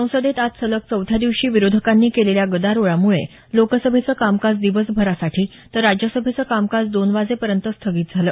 संसदेत आज सलग चौथ्या दिवशी विरोधकांनी केलेल्या गदारोळामुळे लोकसभेचं कामकाज दिवसभरासाठी तर राज्यसभेचं कामकाज दोन वाजेपर्यंत स्थगित झालं